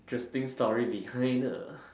interesting story behind her